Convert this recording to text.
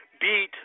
beat